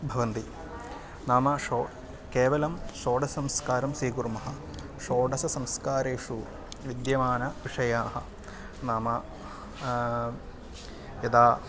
भवन्ति नाम शो केवलं षोडश संस्कारं स्वीकुर्मः षोडश संस्कारेषु विद्यमानविषयाः नाम यदा